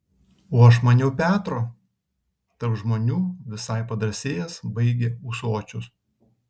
o aš maniau petro tarp žmonių visai padrąsėjęs baigia ūsočius